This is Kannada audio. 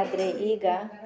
ಆದರೆ ಈಗ